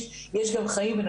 יש גם חיים אחרי גיל 25,